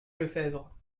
lefebvre